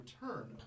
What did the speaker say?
return